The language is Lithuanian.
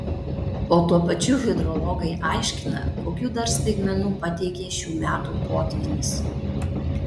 o tuo pačiu hidrologai aiškina kokių dar staigmenų pateikė šių metų potvynis